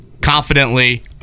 confidently